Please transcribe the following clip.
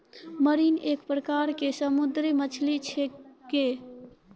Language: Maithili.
मरीन एक प्रकार के समुद्री मछली छेकै